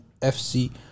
FC